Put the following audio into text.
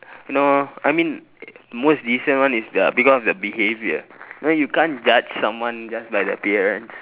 you know I mean most decent one is the because the behaviour you know you can't judge someone just by the appearance